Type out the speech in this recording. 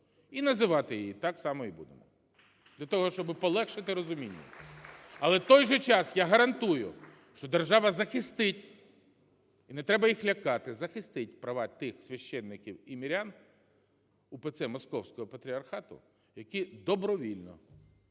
і називати її так само і буде для того, щоби полегшити розуміння. (Оплески) Але в той же час я гарантує, що держава захистить, і не треба їх лякати, захистить права тих священників і мирян УПЦ Московського патріархату, які добровільно